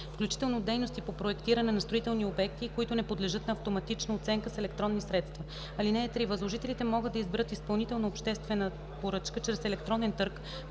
включително дейности по проектиране на строителни обекти, и които не подлежат на автоматична оценка с електронни средства. (3) Възложителите могат да изберат изпълнител на обществена поръчка чрез електронен търг,